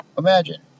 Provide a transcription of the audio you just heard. imagine